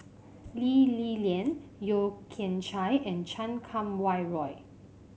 Lee Li Lian Yeo Kian Chai and Chan Kum Wah Roy